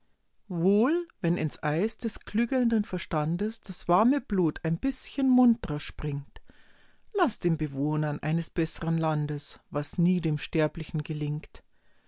wohl wenn ins eis des klügelnden verstandes das warme blut ein bißchen muntrer springt laß den bewohnern eines bessern landes was nie dem sterblichen gelingt